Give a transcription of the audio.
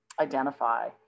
identify